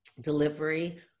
delivery